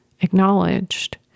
acknowledged